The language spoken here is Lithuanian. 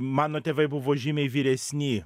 mano tėvai buvo žymiai vyresni